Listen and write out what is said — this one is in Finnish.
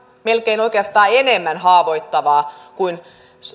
melkein oikeastaan enemmän haavoittavaa kuin